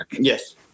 Yes